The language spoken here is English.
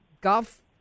golf